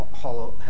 hollow